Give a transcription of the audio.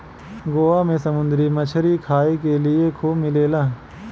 गोवा में समुंदरी मछरी खाए के लिए खूब मिलेला